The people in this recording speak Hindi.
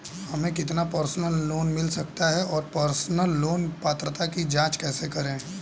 हमें कितना पर्सनल लोन मिल सकता है और पर्सनल लोन पात्रता की जांच कैसे करें?